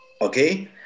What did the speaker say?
okay